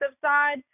side